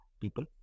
people